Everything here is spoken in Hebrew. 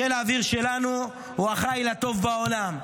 חיל האוויר שלנו הוא החיל הטוב בעולם,